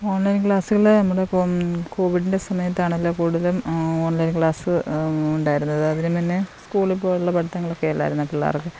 online ക്ലാസ്സുകൾ നമ്മുടെ കോവിഡിൻ്റെ സമയത്താണല്ലോ കൂടുതലും ഓൺലൈൻ ക്ലാസ്സ് ഉണ്ടായിരുന്നത് അതിനു മുൻപെ സ്കൂളിൽ പോയുള്ള പഠിത്തങ്ങളൊക്കെയല്ലായിരുന്നോ പിള്ളേർക്ക്